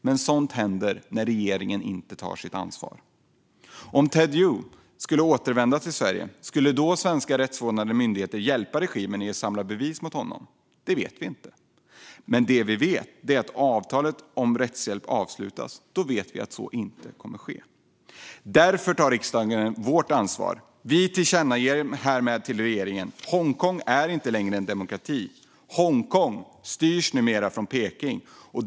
Men sådant händer när regeringen inte tar sitt ansvar. Om Ted Hui skulle återvända till Sverige, skulle då svenska rättsvårdande myndigheter hjälpa regimen att samla bevis mot honom? Det vet vi inte. Men vi vet att om avtalet om rättshjälp avslutas kommer så inte att ske. Vi i riksdagen tar vårt ansvar. Vi tillkännager härmed följande för regeringen: Hongkong är inte längre en demokrati. Hongkong styrs numera från Peking.